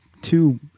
two